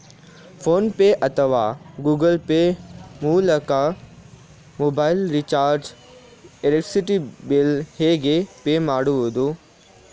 Phone pay ಅಥವಾ Google Pay ಮೂಲಕ mobile recharge, electricity bill ಹೇಗೆ ಪೇ ಮಾಡುವುದು?